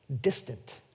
distant